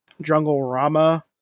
jungle-rama